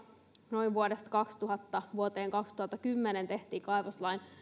noin vuodesta kaksituhatta vuoteen kaksituhattakymmenen tehtiin kaivoslain